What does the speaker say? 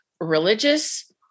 religious